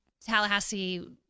Tallahassee